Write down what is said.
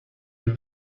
been